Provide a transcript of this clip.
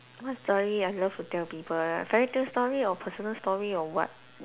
what story I love to tell people ah fairy tale story or personal story or what